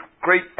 great